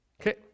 Okay